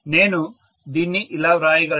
నేను దీన్ని ఇలా వ్రాయగలను